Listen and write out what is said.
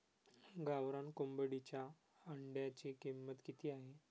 गावरान कोंबडीच्या अंड्याची किंमत किती आहे?